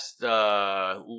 last